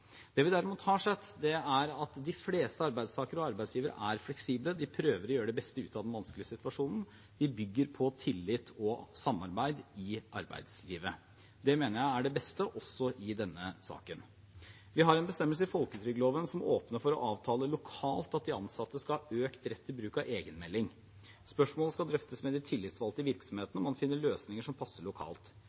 Det vi derimot har sett, er at de fleste arbeidstakere og arbeidsgivere er fleksible. De prøver å gjøre det beste ut av den vanskelige situasjonen. De bygger på tillit og samarbeid i arbeidslivet. Det mener jeg er det beste, også i denne saken. Vi har en bestemmelse i folketrygdloven som åpner for å avtale lokalt at de ansatte skal ha økt rett til bruk av egenmelding. Spørsmålet skal drøftes med de tillitsvalgte i virksomhetene, og man finner løsninger som passer lokalt.